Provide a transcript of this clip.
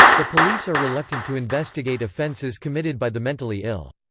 the police are reluctant to investigate offences committed by the mentally ill.